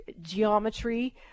geometry